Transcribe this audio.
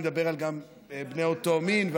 אני מדבר גם על בני אותו מין,